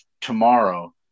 tomorrow